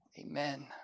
Amen